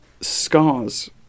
scars